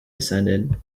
descended